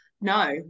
no